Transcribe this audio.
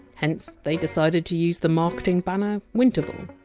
hence they decided to use the marketing banner! winterval!